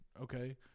okay